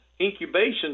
incubation